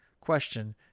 question